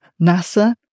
NASA